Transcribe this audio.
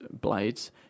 blades